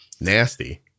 nasty